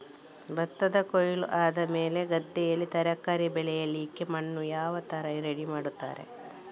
ಭತ್ತದ ಕೊಯ್ಲು ಆದಮೇಲೆ ಗದ್ದೆಯಲ್ಲಿ ತರಕಾರಿ ಬೆಳಿಲಿಕ್ಕೆ ಮಣ್ಣನ್ನು ಯಾವ ತರ ರೆಡಿ ಮಾಡ್ತಾರೆ?